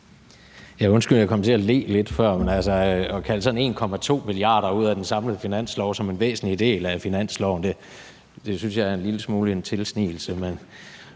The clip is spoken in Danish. undskyld at jeg kom til at le lidt før, men at kalde 1,2 mia. kr. ud af den samlede finanslov som en væsentlig del af finansloven, synes jeg en lille smule er en tilsnigelse.